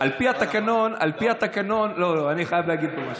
אני חייב להגיד פה משהו,